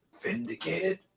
vindicated